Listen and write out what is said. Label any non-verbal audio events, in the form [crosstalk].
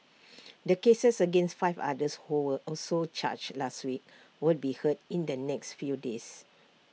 [noise] the cases against five others who were also charged last week will be heard in the next few days